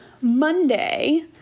Monday